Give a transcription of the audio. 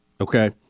okay